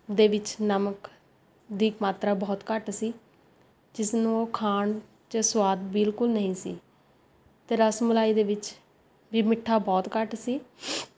ਦੇ ਵਿੱਚ ਨਮਕ ਦੀ ਮਾਤਰਾ ਬਹੁਤ ਘੱਟ ਸੀ ਜਿਸ ਨੂੰ ਖਾਣ 'ਚ ਸੁਆਦ ਬਿਲਕੁਲ ਨਹੀਂ ਸੀ ਅਤੇ ਰਸ ਮਲਾਈ ਦੇ ਵਿੱਚ ਵੀ ਮਿੱਠਾ ਬਹੁਤ ਘੱਟ ਸੀ